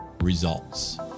results